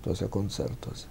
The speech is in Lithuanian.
tuose koncertuose